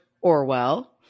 Orwell